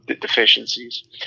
deficiencies